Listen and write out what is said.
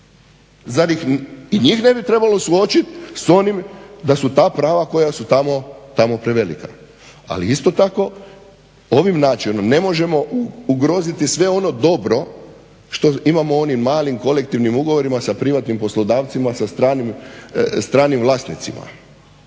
i njih ne bi trebalo suočit s onim da su ta prava koja su tamo, tamo prevelika. Ali isto tako ovim načinom ne možemo ugroziti sve ono dobro što imamo u onim malim kolektivnom ugovorima s privatnim poslodavcima, sa stranim vlasnicima.